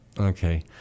okay